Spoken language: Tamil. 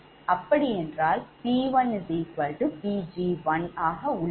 அப்படி என்றால் 𝑃1𝑃𝑔1 ஆக உள்ளது